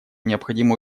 необходимо